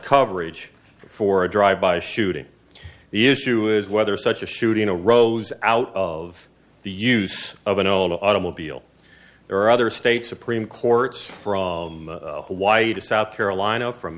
coverage for a drive by shooting the issue is whether such a shooting a rose out of the use of an old automobile or other state supreme courts from white to south carolina from